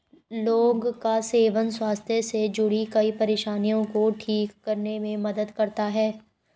लौंग का सेवन स्वास्थ्य से जुड़ीं कई परेशानियों को ठीक करने में मदद करता है